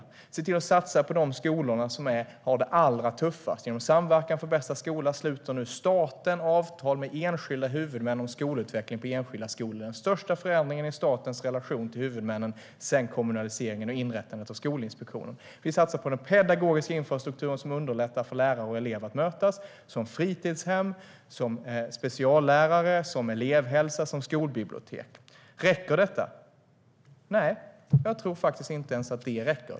Det handlar om att satsa på de skolor som har det allra tuffast. Genom Samverkan för bästa skola sluter nu staten avtal med enskilda huvudmän om skolutveckling på enskilda skolor. Det är den största förändringen i statens relation till huvudmännen sedan kommunaliseringen och inrättandet av Skolinspektionen. Vi satsar på den pedagogiska infrastrukturen, som underlättar för lärare och elever att mötas - till exempel fritidshem, speciallärare, elevhälsa och skolbibliotek. Räcker detta? Nej, jag tror faktiskt att inte ens detta räcker.